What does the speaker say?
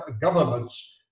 governments